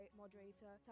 moderator